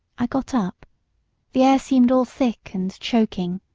i got up the air seemed all thick and choking.